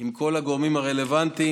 עם כל הגורמים הרלוונטיים,